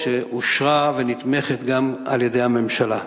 שאושרה ונתמכת גם על-ידי הממשלה.